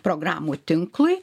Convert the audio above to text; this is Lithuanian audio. programų tinklui